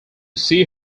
see